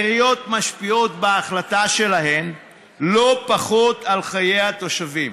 העיריות משפיעות בהחלטות שלהן על חיי התושבים